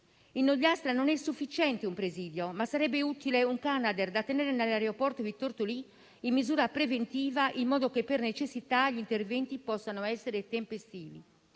In Ogliastra non è sufficiente un presidio, ma sarebbe utile un Canadair da tenere in aeroporto di Tortolì in misura preventiva, in modo che per necessità gli interventi possano essere tempestivi.